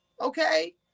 Okay